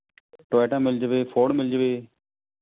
Toyota ਮਿਲ ਜਾਵੇ Ford ਮਿਲ ਜਾਵੇ